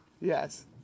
Yes